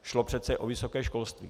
Šlo přece o vysoké školství.